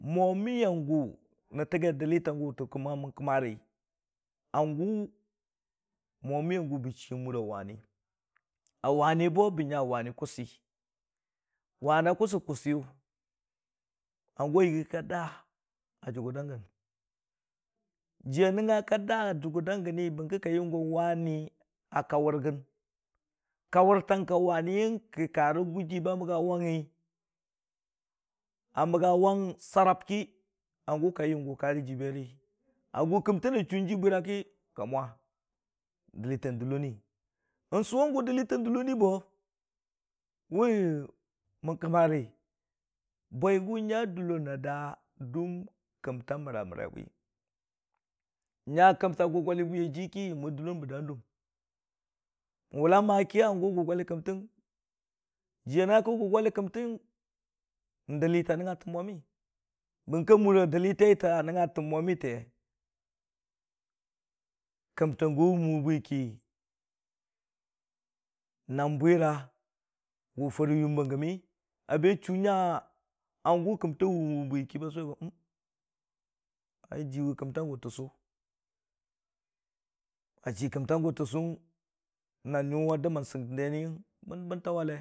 Mwami yangʊ a tagi dəlli ta gʊ koma mən kəmari, mwami ya gʊ bə chii ya muri a wani a wani bo bə nya wani kusɨ, wani a kusɨ kʊsiyɨ hangʊ a yiigi ki ka da a dʊggər dang gi yəng. Jiya nəngnga ki ka da a jʊggər da giyəng ka yəm go wani a kawʊrgəng kawʊrtang ko wani yəng ki, karə gʊji ba məgga wangngi a məga wang sarab ki, hangʊ ka yəm go ka rə jii buri a gʊg kəmtə na chuu jii bwira kii ka mwa dəlli tən dəlloni, n'sʊwangʊ dəki tən dəlloni bo, wʊ man kəmarari, bwigʊ nya dəllon a da dʊm kəmta məra- məra bwi, nya kəmta gʊggwali bwi a jii ki, yəm mo dəllonbə da dʊm, wʊla ma ki hangʊ gʊggwali kəmtəng jii ya nəngnga ki hargʊ gʊggwali kəmtəng bən dəlli ta nəngnga tən mwami, bəng kə amura dəllitaita nəngnga tən mwanii te, kamtang gʊ a wʊmmən- wʊmmən bwi ki naam bwira wʊ farə yom ba gəmmi a be chuu nya hangʊ kəmta wʊmən- wʊman bwi ki, kə ba sʊwe go eh wʊ jiiwi kəmtang gʊ tɨsʊ achii kəmtangʊ tɨsʊwʊng na nyʊ'a dəməm sək deniyəng. Sək ka dəllonəng wa, karə sək deni, bən tawale.